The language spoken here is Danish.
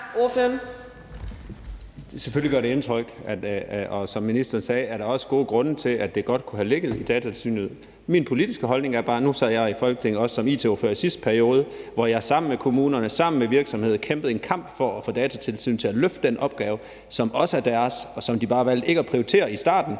Selvfølgelig gør det indtryk. Og som ministeren sagde, er der også gode grunde til, at det godt kunne have ligget i Datatilsynet. Min politiske holdning er bare, i forhold til at jeg også sad i Folketinget som it-ordfører i sidste periode, hvor jeg sammen med kommunerne og sammen med virksomheder kæmpede en kamp for at få Datatilsynet til at løfte den opgave, som også er deres, og som de bare valgte ikke at prioritere i starten,